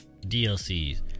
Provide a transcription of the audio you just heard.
DLCs